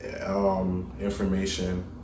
Information